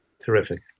Terrific